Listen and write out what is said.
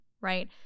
right